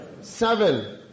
Seven